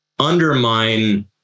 undermine